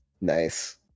Nice